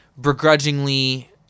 begrudgingly